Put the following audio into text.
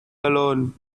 alone